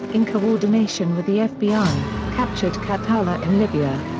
in coordination with the fbi, captured khattala in libya.